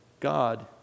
God